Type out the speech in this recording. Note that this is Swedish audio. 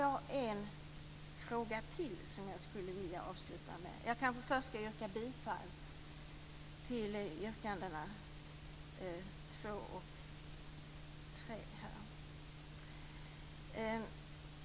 Jag skall yrka bifall till yrkandena 2 och 3 i vår motion om krigsmaterielexport.